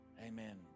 Amen